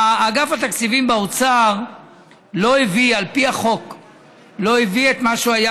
אגף התקציבים באוצר לא הביא את מה שהוא היה